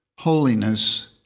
Holiness